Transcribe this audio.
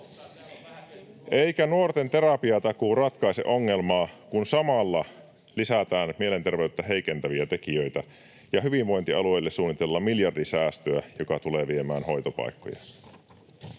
Eikä nuorten terapiatakuu ratkaise ongelmaa, kun samalla lisätään mielenterveyttä heikentäviä tekijöitä ja hyvinvointialueille suunnitellaan miljardisäästöä, joka tulee viemään hoitopaikkoja.